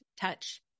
touch